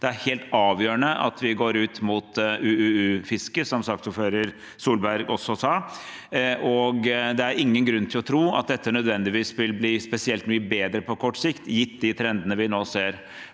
Det er helt avgjørende at vi går ut mot UUU-fiske, som saksordfører Solberg sa. Det er ingen grunn til å tro at dette nødvendigvis vil bli spesielt mye bedre på kort sikt, gitt de trendene vi nå ser.